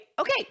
okay